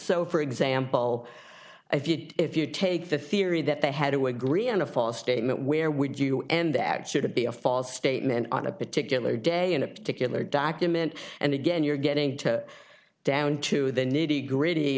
so for example if you if you take the theory that they had to agree on a false statement where would you and that should be a false statement on a particular day in a particular document and again you're getting to down to the nitty gritty